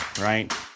right